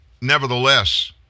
Nevertheless